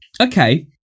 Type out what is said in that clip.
Okay